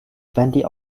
plenty